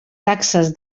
taxes